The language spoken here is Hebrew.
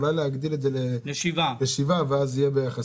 אולי להגדיל את זה לשבעה ואז זה יהיה יחסי.